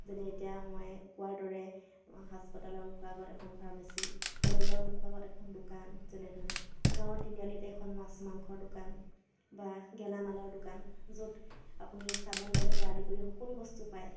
যেনে এতিয়া মই কোৱাৰ দৰে হাস্পাতালৰ মুখৰ আগত এখন ফাৰ্মেচি কলেজৰ মুখৰ আগত এখন দোকান যেনেধৰণে গাঁৱৰ তিনিআলিত এখন মাছ মাংসৰ দোকান বা গেলামালৰ দোকান য'ত আপুনি চাবোন তেলৰপৰা আদি কৰি সকলো বস্তু পায়